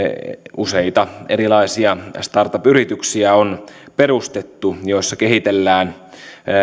useita erilaisia startup yrityksiä on perustettu joissa kehitellään